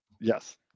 Yes